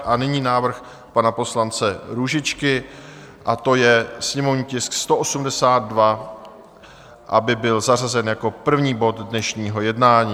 A nyní návrh pana poslance Růžičky a to je sněmovní tisk 182, aby byl zařazen jako první bod dnešního jednání.